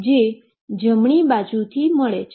જે જમણી બાજુ મળે છે